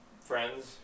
friends